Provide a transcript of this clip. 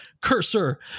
Cursor